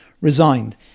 resigned